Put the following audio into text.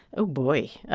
oh boy.